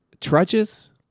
trudges